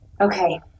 Okay